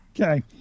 Okay